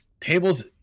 tables